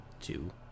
two